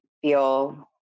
feel